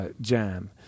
jam